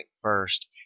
first